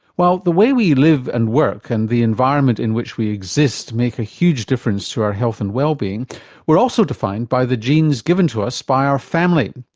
while the way we live and work and the environment in which we exist make a huge difference to our health and wellbeing we're also defined by the genes given to us by our family.